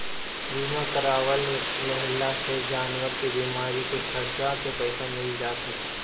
बीमा करवा लेहला से जानवर के बीमारी के खर्चा के पईसा मिल जात हवे